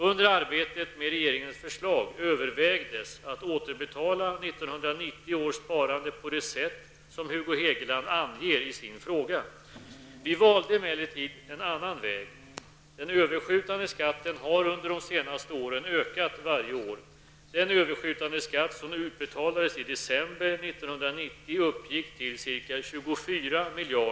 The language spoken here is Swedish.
Under arbetet med regeringens förslag övervägdes att återbetala 1990 års sparande på det sätt som Hugo Hegeland anger i sin fråga. Vi valde emellertid en annan väg. Den överskjutande skatten har under de senaste åren ökat varje år.